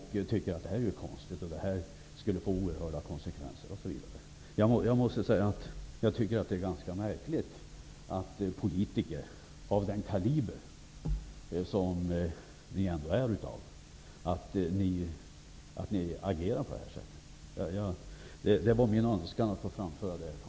Ni tycker nu att det är konstigt och skulle få oerhörda konsekvenser, osv. Jag tycker det är ganska märkligt att politiker av er kaliber agerar på detta sätt. Det var min önskan, herr talman, att få framföra detta.